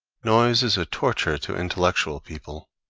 noise is a torture to intellectual people.